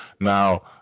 Now